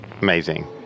Amazing